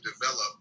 develop